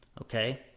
okay